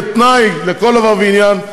כתנאי לכל דבר ועניין,